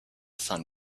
sun